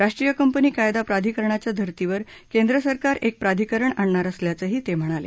राष्ट्रीय कंपनी कायदा प्राधिकरणाच्या धर्तीवर केंद्र सरकार एक प्राधिकरण आणणार असल्याचंही ते म्हणाले